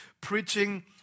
preaching